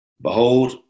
behold